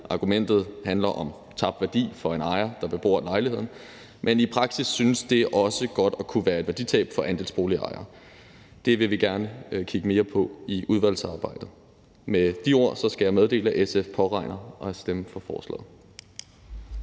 Argumentet handler om tabt værdi for en ejer, der bebor en lejlighed. Men i praksis synes det også godt at kunne være et værditab for andelsboligejere. Det vil vi gerne kigge mere på i udvalgsarbejdet. Med de ord skal jeg meddele, at SF påregner at stemme for forslaget.